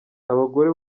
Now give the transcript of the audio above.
abagore